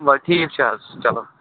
وَلہٕ ٹھیٖک چھُ حظ چلو